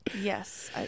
Yes